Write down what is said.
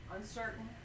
uncertain